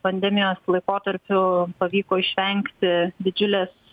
pandemijos laikotarpiu pavyko išvengti didžiulės